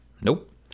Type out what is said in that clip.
Nope